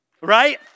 right